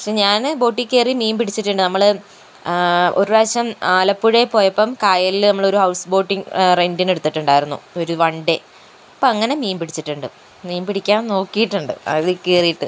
പക്ഷെ ഞാൻ ബോട്ടിൽക്കയറി മീൻ പിടിച്ചിട്ടുണ്ട് നമ്മൾ ഒരു പ്രാവശ്യം ആലപ്പുഴയിൽ പോയപ്പം കായലിൽ നമ്മളൊരു ഹൗസ് ബോട്ടിങ്ങ് റെൻ്റിന് എടുത്തിട്ടുണ്ടായിരുന്നു ഒരു വൺ ഡേ അപ്പം അങ്ങനെ മീൻ പിടിച്ചിട്ടുണ്ട് മീൻ പിടിക്കാൻ നോക്കിയിട്ടുണ്ട് അതിൽ കയറിയിട്ട്